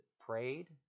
prayed